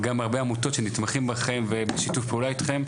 גם הרבה עמותות שנתמכות בכם ובשיתוף פעולה איתכם,